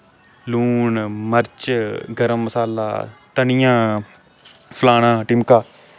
लून मर्च गर्म मसाला धनियां फलाना टिमका